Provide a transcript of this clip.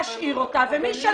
אדוני לא